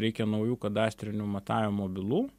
reikia naujų kadastrinių matavimo bylų